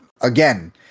again